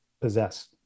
possess